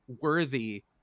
worthy